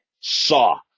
saw